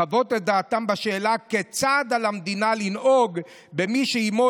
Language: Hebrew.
לחוות את דעתם בשאלה כיצד על המדינה לנהוג במי שאימו